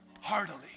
Heartily